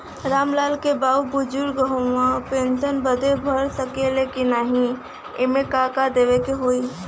राम लाल के बाऊ बुजुर्ग ह ऊ पेंशन बदे भर सके ले की नाही एमे का का देवे के होई?